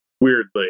weirdly